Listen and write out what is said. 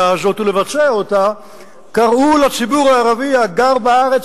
הזאת ולבצע אותה קראו לציבור הערבי הגר בארץ